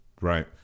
Right